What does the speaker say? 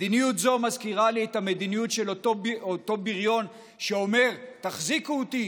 מדיניות זו מזכירה לי את המדיניות של אותו בריון שאומר: תחזיקו אותי,